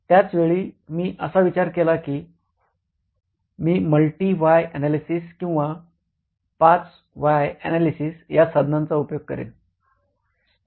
त्याच वेळी मी असा विचार केला कि मी मल्टी व्हाय अनालयसिस किंवा ५ व्हाय अनालयसिस या साधनांचा उपयोग करेन